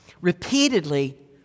Repeatedly